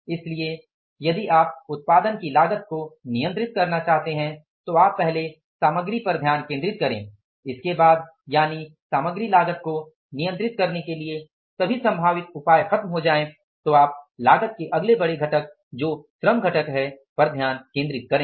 इसलिए यदि आप उत्पादन की लागत को नियंत्रित करना चाहते हैं तो आप पहले सामग्री पर ध्यान केंद्रित करें इसके बाद यानि सामग्री लागत को नियंत्रित करने के लिए सभी संभावित उपाय ख़त्म हो जायें तो आप लागत के अगले बड़े घटक जो श्रम घटक है पर ध्यान केंद्रित करें